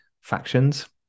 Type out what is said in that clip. factions